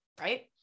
right